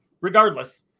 regardless